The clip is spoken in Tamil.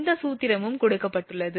இந்த சூத்திரமும் கொடுக்கப்பட்டுள்ளது